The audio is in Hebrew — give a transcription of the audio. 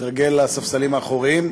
מתרגל לספסלים האחוריים?